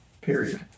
Period